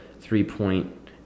three-point